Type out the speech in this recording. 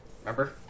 Remember